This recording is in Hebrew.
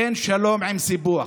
אין שלום עם סיפוח.